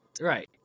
Right